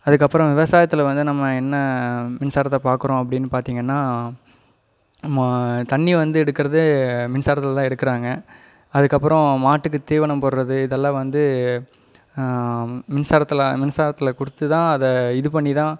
அதுக்கப்புறம் விவசாயத்தில் வந்து நம்ம என்ன மின்சாரத்தை பார்க்கறோம் அப்படின்னு பார்த்தீங்கன்னா மா தண்ணீர் வந்து எடுக்குறதே மின்சாரத்தில் தான் எடுக்குறாங்க அதுக்கப்புறம் மாட்டுக்கு தீவனம் போடுகிறது இதெல்லாம் வந்து மின்சாரத்தில் மின்சாரத்தில் கொடுத்து தான் அதை இது பண்ணி தான்